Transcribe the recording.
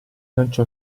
lanciò